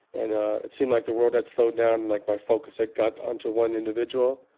and it seemed like the world had slowed down and like my focus had got onto one individual.